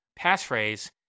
passphrase